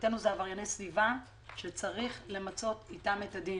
מבחינתנו אלה עברייני סביבה שצריך למצות איתם את הדין.